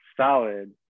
solid